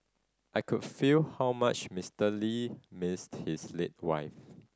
I could feel how much Mister Lee missed his late wife